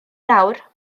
nawr